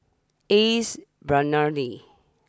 Ace Brainery